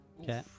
Okay